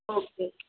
okay